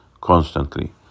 constantly